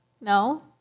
No